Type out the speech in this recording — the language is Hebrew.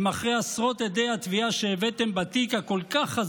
אם אחרי עשרות עדי התביעה שהבאתם בתיק החזק כל כך,